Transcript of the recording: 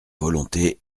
volonté